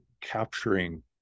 capturing